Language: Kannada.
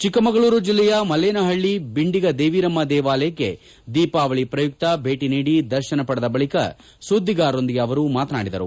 ಚಿಕ್ಕಮಗಳೂರು ಜಿಲ್ಲೆಯ ಮಲ್ಲೇನಹಳ್ಳಿ ಬಿಂಡಿಗ ದೇವಿರಮ್ನ ದೇವಾಲಯಕ್ಕೆ ದೀಪಾವಳಿ ಪ್ರಯುಕ್ತ ಭೇಟಿ ನೀಡಿ ದರ್ಶನ ಪಡೆದ ಬಳಿಕ ಸುದ್ದಿಗಾರರೊಂದಿಗೆ ಅವರು ಮಾತನಾಡಿದರು